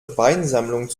weinsammlung